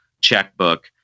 checkbook